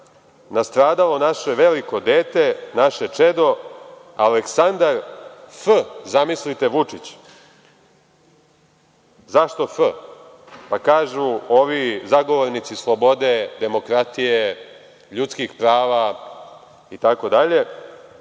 nastradalo naše veliko dete, naše čedo, Aleksandar F, zamislite, Vučić.“ Zašto F? Pa, kažu ovi zagovornici slobode, demokratije, ljudskih prava, i tako dalje,